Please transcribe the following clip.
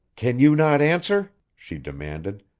can you not answer? she demanded,